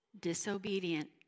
disobedient